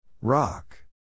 Rock